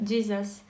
Jesus